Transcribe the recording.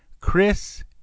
Chris